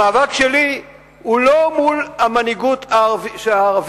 המאבק שלי הוא לא מול המנהיגות הערבית,